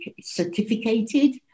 certificated